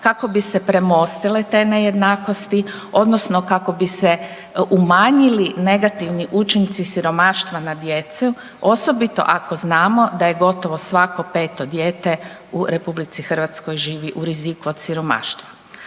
kako bi se premostile te nejednakosti odnosno kako bi se umanjili negativni učinci siromaštva na djecu, osobito ako znamo da je gotovo svako peto dijete u RH živi u riziku od siromaštva.